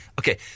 Okay